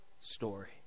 story